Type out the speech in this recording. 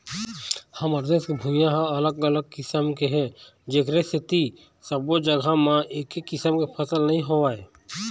हमर देश के भुइंहा ह अलग अलग किसम के हे जेखर सेती सब्बो जघा म एके किसम के फसल नइ होवय